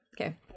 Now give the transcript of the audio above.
Okay